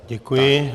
Děkuji.